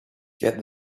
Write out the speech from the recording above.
get